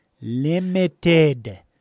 Limited